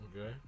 Okay